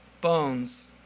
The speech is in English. bones